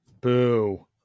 Boo